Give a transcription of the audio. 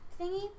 thingy